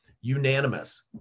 Unanimous